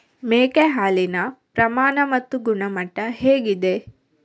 ಮೇಕೆ ಹಾಲಿನ ಪ್ರಮಾಣ ಮತ್ತು ಗುಣಮಟ್ಟ ಹೇಗಿದೆ?